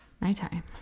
nighttime